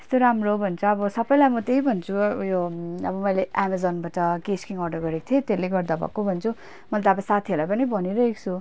यस्तो राम्रो भन्छ अब सबैलाई म त्यही भन्छु उयो अब मैले एमाजोनबाट केश किङ अर्डर गरेको थिएँ त्यसले गर्दा भएको भन्छु मैले त अब साथीहरूलाई पनि भनिराखेको छु